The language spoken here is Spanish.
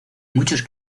muchos